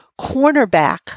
Cornerback